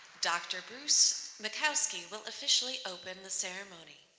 dr. bruce makowsky will officially open the ceremony.